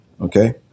Okay